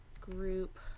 group